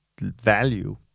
value